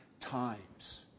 times